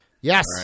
Yes